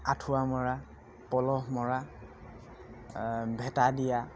আঁঠুৱা মৰা পলহ মৰা ভেটা দিয়া